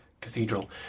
cathedral